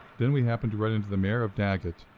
then we happened to run into the mayor of daggett.